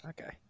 okay